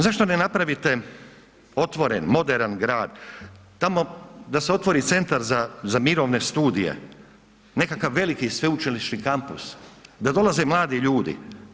Zašto ne napravite otvoren, moderan grad, tamo da se otvori centar za mirovine studije, nekakav veliki sveučilišni kampus, da dolaze mladi ljudi.